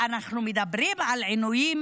אנחנו מדברים על עינויים